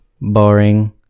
boring